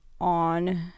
on